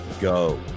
go